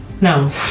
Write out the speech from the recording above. No